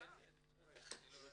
אין צורך.